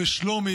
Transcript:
בשלומי,